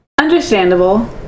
Understandable